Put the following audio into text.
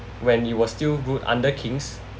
when it was still good under kings